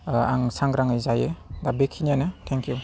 आं सांग्राङै जायो दा बेखिनियानो थेंक इउ